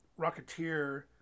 Rocketeer